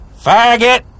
Faggot